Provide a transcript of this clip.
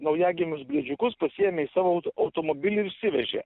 naujagimius briedžiukus pasiėmė į savo automobilį ir išsivežė